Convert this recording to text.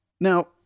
Now